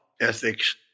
ethics